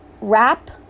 wrap